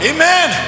Amen